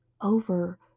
over